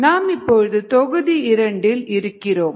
நாம் இப்பொழுது தொகுதி இரண்டில் இருக்கிறோம்